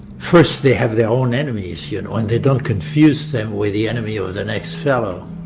first they have their own enemies you know and they don't confuse them with the enemy or the next fellow.